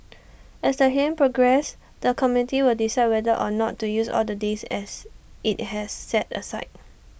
as the hearings progress the committee will decide whether or not to use all the days as IT has set aside